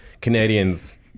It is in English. Canadians